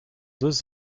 deux